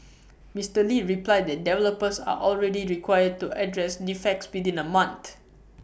Mister lee replied that developers are already required to address defects within A month